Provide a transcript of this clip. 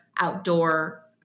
outdoor